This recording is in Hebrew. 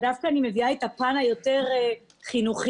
אני רוצה להביא דווקא את הפן היותר חינוכי.